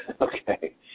Okay